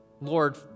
Lord